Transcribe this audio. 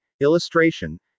illustration